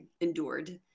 endured